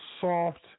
soft